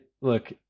Look